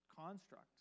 construct